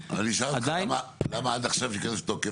אני אשאל אותך למה עד עכשיו שזה ייכנס לתוקף,